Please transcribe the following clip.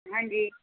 ਹਾਂਜੀ